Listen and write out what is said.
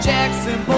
Jackson